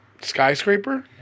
Skyscraper